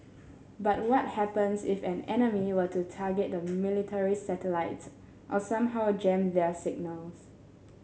but what happens if an enemy were to target the military satellites or somehow a jam their signals